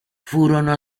furono